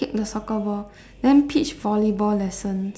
kick the soccer ball then peach volleyball lessons